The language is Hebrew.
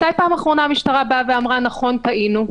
מתי פעם אחרונה המשטרה באה ואמרה נכון, טעינו?